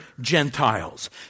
Gentiles